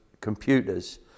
computers